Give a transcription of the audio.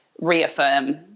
reaffirm